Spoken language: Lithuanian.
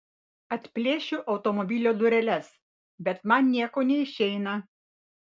atplėšiu automobilio dureles bet man nieko neišeina